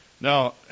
Now